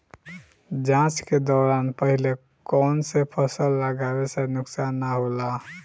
जाँच के दौरान पहिले कौन से फसल लगावे से नुकसान न होला?